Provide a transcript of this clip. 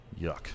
yuck